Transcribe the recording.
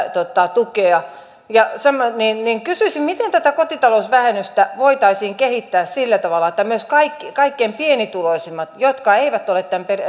tukea niin niin kysyisin miten tätä kotitalousvähennystä voitaisiin kehittää sillä tavalla että myös kaikkein pienituloisimmat jotka eivät ole tämän